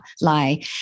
lie